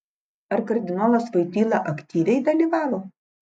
ar kardinolas voityla aktyviai dalyvavo